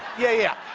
yeah, yeah.